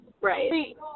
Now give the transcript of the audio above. right